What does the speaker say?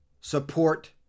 support